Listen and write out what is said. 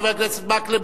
חבר הכנסת מקלב,